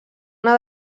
una